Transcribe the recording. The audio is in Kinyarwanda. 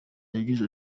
yagize